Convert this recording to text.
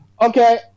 Okay